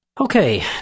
Okay